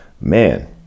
Man